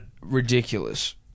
ridiculous